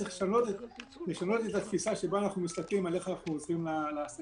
צריך לשנות את התפיסה שבה אנחנו מסתכלים איך אנחנו עוזרים לעסקים.